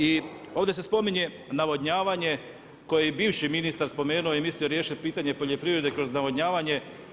I ovdje se spominje navodnjavanje koji je bivši ministar spomenuo i mislio riješiti pitanje poljoprivrede kroz navodnjavanje.